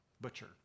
butcher